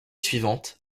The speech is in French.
suivante